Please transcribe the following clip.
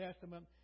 Testament